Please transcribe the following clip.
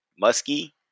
musky